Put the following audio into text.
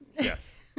Yes